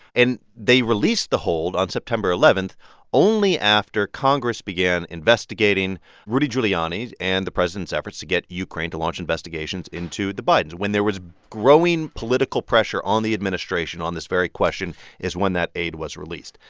and they released the hold on september eleven only after congress began investigating rudy giuliani and the president's efforts to get ukraine to launch investigations into the bidens. when there was growing political pressure on the administration on this very question is when that aid was released.